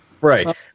Right